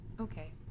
Okay